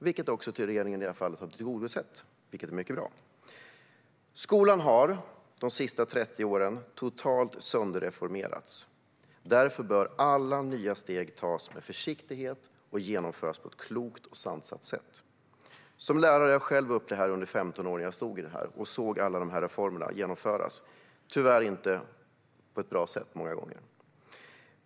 Det har regeringen i det här fallet tillgodosett, vilket är mycket bra. Skolan har de senaste 30 åren totalt sönderreformerats. Därför bör alla nya steg tas med försiktighet och genomföras på ett klokt och sansat sätt. Jag har själv som lärare upplevt detta under 15 år när jag stod och såg alla dessa reformer genomföras, många gånger tyvärr inte på ett bra sätt.